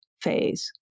phase